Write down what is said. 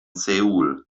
seoul